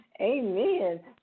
Amen